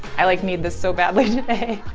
i like, need this so badly today.